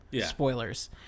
spoilers